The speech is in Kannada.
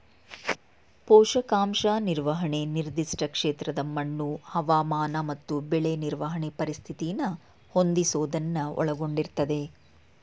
ಪೋಷಕಾಂಶ ನಿರ್ವಹಣೆ ನಿರ್ದಿಷ್ಟ ಕ್ಷೇತ್ರದ ಮಣ್ಣು ಹವಾಮಾನ ಮತ್ತು ಬೆಳೆ ನಿರ್ವಹಣೆ ಪರಿಸ್ಥಿತಿನ ಹೊಂದಿಸೋದನ್ನ ಒಳಗೊಂಡಿರ್ತದೆ